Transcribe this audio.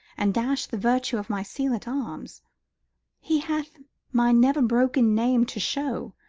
and dash the virtue of my seal at arms he hath my never broken name to shew,